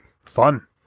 Fun